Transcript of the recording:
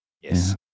yes